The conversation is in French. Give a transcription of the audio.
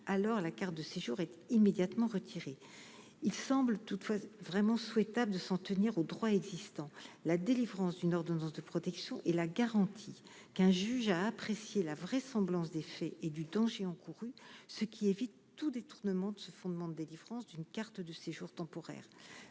alors la carte de séjour et immédiatement retiré, il semble toutefois vraiment souhaitable de s'en tenir au droit existant, la délivrance d'une ordonnance de protection et la garantie qu'un juge a apprécié la vraisemblance des faits et du temps chez encourus, ce qui évite tout détournement de ce fonds d'délivrance d'une carte de séjour temporaire,